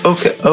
Okay